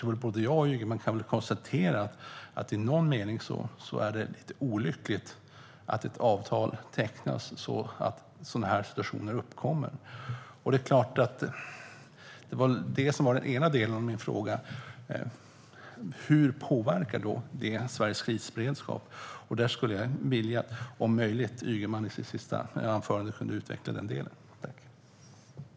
Men både jag och Ygeman kan konstatera att det i någon mening är lite olyckligt att ett avtal tecknas så att situationer som dessa uppkommer. Detta var den ena delen av min fråga, alltså hur det här påverkar Sveriges krisberedskap. Jag skulle vilja att Ygeman om möjligt kunde utveckla denna del i nästa inlägg.